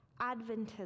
Adventism